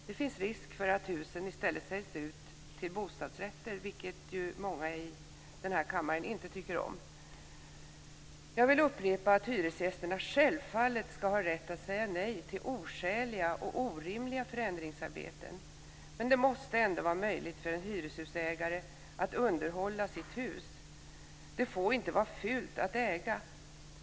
Det finns risk för att husen i stället säljs ut till bostadsrätter, vilket många i den här kammaren inte tycker om. Jag vill upprepa att hyresgästerna självfallet ska ha rätt att säga nej till oskäliga och orimliga förändringsarbeten, men det måste ändå vara möjligt för en hyreshusägare att underhålla sitt hus. Det får inte vara fult att äga.